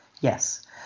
Yes